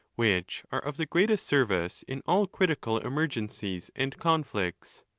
which are of the greatest service in all critical emergencies and conflicts.